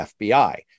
FBI